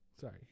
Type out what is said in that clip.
sorry